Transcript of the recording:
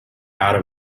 out